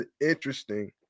Interesting